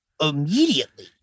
immediately